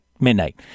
midnight